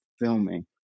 filming